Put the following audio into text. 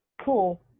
cool